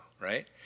right